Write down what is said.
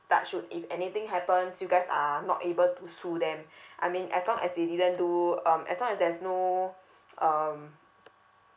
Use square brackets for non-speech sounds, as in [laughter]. touch wood if anything happens you guys are not able to sue them [breath] I mean as long as they didn't do um as long as there's no um